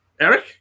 Eric